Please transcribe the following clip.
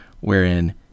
wherein